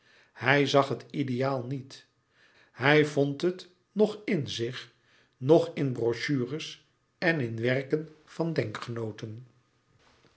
hij zag het ideaal niet hij vond het noch in zich noch in brochures en in werken van